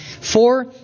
four